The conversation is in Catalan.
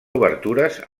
obertures